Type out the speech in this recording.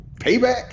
Payback